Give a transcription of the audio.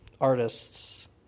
Artists